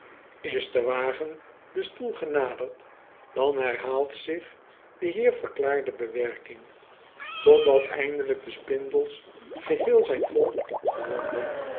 de wagen den stoel genaderd dan herhaalt zich de hier verklaarde bewerking totdat eindelijk de spindels geheel zijn vol gewonden